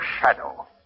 Shadow